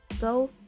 go